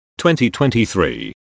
2023